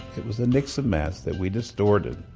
it was a nixon mask that we distorted